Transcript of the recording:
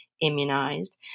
immunized